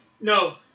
no